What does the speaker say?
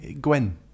Gwen